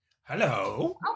Hello